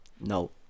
no